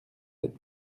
sept